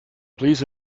please